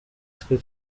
twe